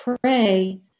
pray